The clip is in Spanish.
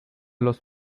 los